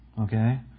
Okay